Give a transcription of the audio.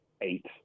eight